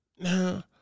Now